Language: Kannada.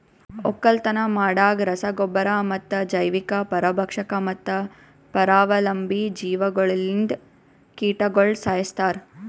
ಒಕ್ಕಲತನ ಮಾಡಾಗ್ ರಸ ಗೊಬ್ಬರ ಮತ್ತ ಜೈವಿಕ, ಪರಭಕ್ಷಕ ಮತ್ತ ಪರಾವಲಂಬಿ ಜೀವಿಗೊಳ್ಲಿಂದ್ ಕೀಟಗೊಳ್ ಸೈಸ್ತಾರ್